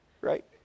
Right